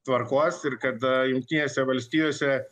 tvarkos ir kad jungtinėse valstijose